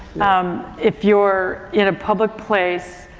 um, if you're in a public place,